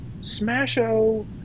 smash-o